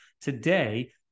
Today